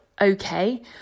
okay